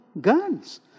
guns